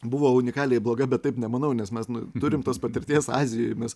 buvo unikaliai bloga bet taip nemanau nes mes turim tos patirties azijoj mes